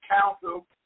council